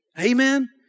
Amen